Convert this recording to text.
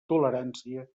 tolerància